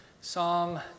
Psalm